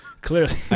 clearly